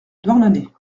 douarnenez